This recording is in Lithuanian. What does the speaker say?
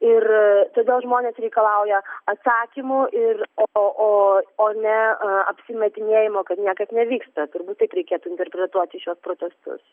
ir todėl žmonės reikalauja atsakymų ir o o o ne apsimetinėjimo kad niekas nevyksta turbūt taip reikėtų interpretuoti šiuos protestus